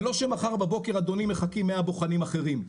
זה לא שמחר בבוקר מחכים מאה בוחנים אחרים,